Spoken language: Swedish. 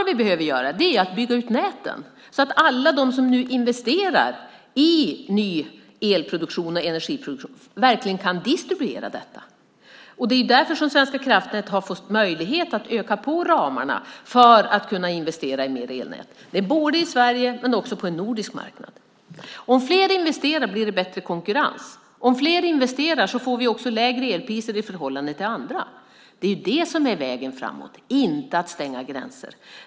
Vi behöver också bygga ut näten så att alla de som nu investerar i ny el och energiproduktion verkligen kan distribuera den. Svenska kraftnät har fått möjlighet att öka ramarna för att kunna investera i mer elnät, både i Sverige och på en nordisk marknad. Om fler investerar blir det bättre konkurrens. Om fler investerar får vi lägre elpriser i förhållande till andra. Det är det som är vägen framåt, inte att stänga gränser.